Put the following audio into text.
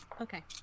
Okay